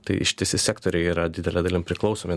tai ištisi sektoriai yra didele dalim priklausomi